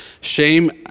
Shame